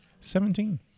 Seventeen